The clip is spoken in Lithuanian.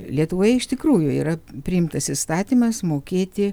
lietuvoje iš tikrųjų yra priimtas įstatymas mokėti